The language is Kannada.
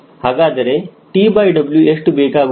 ಹಾಗಾದರೆ TW ಎಷ್ಟು ಬೇಕಾಗುತ್ತದೆ